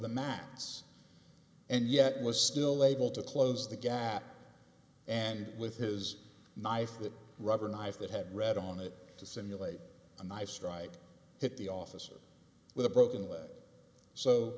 the mats and yet was still able to close the gap and with his knife the rubber knife that had read on it to simulate a knife strike hit the officer with a broken leg so